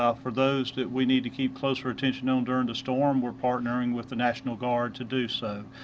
ah for those that we need to keep closer attention on during the storm we are partnering with the national guard to do so.